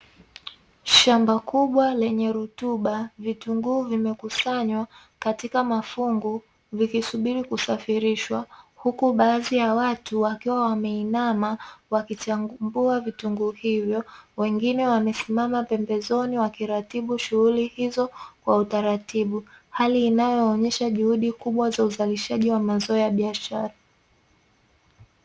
Shamba kubwa lenye rutuba, vitunguu vimekusanywa katika mafungu vikisubiri kusafirishwa, huku baadhi ya watu wakiwa wameinama, wakichambua vitunguu hivyo, wengine wamesimama pembezoni wakiratibu shughuli hizo kwa utaratibu, hali inayoonyesha juhudi kubwa za uzalishaji wa mazao ya biashara.